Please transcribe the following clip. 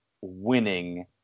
winning